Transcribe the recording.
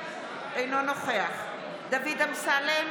אינו נוכח דוד אמסלם,